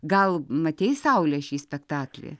gal matei saule šį spektaklį